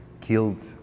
killed